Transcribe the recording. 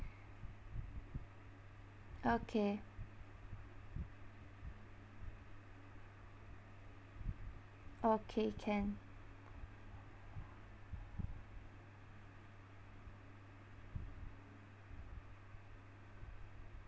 okay okay can